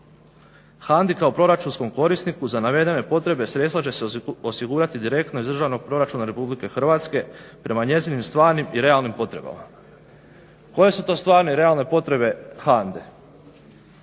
HANDA kao proračunskom korisniku za navedene potrebe sredstva će se osigurati direktno iz Državnog proračuna RH prema njezinim stvarnim i realnim potrebama. Koje su to stvarne i realne potrebe HANDE?